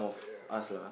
ya uh